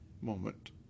moment